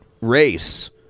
race